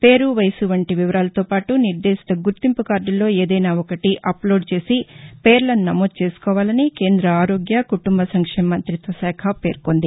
పేరు వయసు వంటీ వివరాలతోపాటు నిర్దేశిత గుర్తింపు కార్డుల్లో ఏదైనా ఒకటి అప్లోడ్ చేసి పేర్లను నమోదు చేసుకోవాలని కేంద్ర ఆరోగ్య కుటుంబ సంక్షేమ శాఖ పేర్కొంది